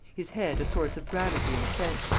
his head a source of gravity and sense,